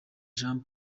jean